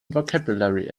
vocabulary